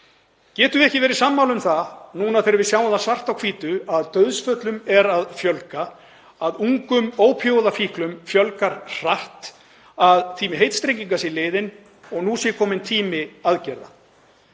Getum við ekki verið sammála um það, nú þegar við sjáum það svart á hvítu að dauðsföllum er að fjölga, að ungum ópíóíðafíklum fjölgar hratt, að tími heitstrenginga sé liðinn og nú sé kominn tími aðgerða?